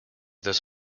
this